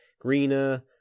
greener